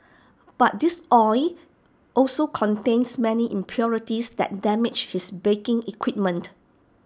but this oil also contains many impurities that damage his baking equipment